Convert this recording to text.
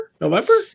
November